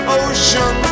ocean